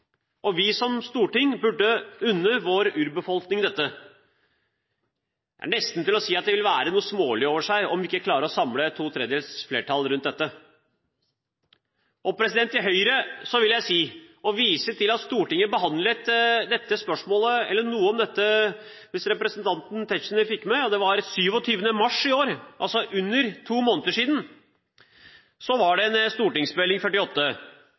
Vi som storting burde unne vår urbefolkning dette. Det er nesten så det ville være noe smålig over det om vi ikke klarer å samle to tredjedels flertall for det. Til Høyre vil jeg si at Stortinget behandlet dette spørsmålet eller noe om dette, hvis representanten Tetzschner fikk det med seg, den 27. mars i år, altså for under to måneder siden, i innstillingen til Meld. St. 48 om Sametingets virksomhet. Da var det